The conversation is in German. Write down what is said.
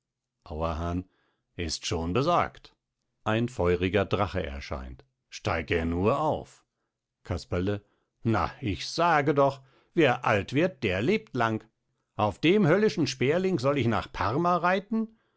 auerhahn ist schon besorgt ein feuriger drache erscheint steig er nur auf casperle na ich sage doch wer alt wird der lebt lang auf dem höllischen sperling soll ich nach parma reiten